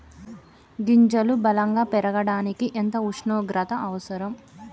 గింజలు బలం గా పెరగడానికి ఎంత ఉష్ణోగ్రత అవసరం?